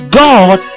god